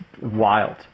wild